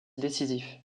décisifs